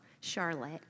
Charlotte